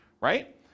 Right